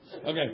Okay